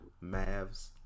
Mav's